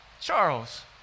Charles